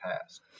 past